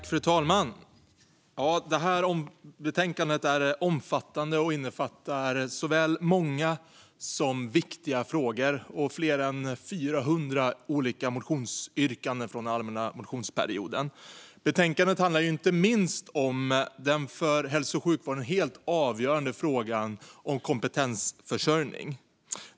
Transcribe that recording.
Fru talman! Detta betänkande är omfattande och innefattar såväl många som viktiga frågor. Betänkandet omfattar flera hundra motionsyrkanden från den allmänna motionsperioden. Betänkandet handlar inte minst om den för hälso och sjukvården helt avgörande frågan om kompetensförsörjning.